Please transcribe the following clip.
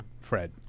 Fred